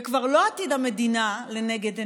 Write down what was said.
וכבר לא עתיד המדינה לנגד עיניו,